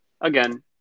again